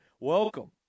Welcome